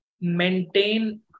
maintain